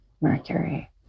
Mercury